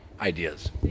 ideas